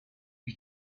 une